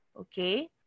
Okay